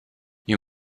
you